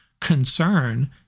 concern